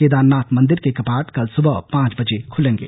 केदारनाथ मंदिर के कपाट कल सुबह पांच बजे खुलेंगे